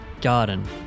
Garden